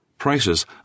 prices